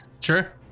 Sure